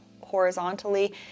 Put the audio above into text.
horizontally